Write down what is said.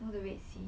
you know the red sea